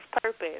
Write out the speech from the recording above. purpose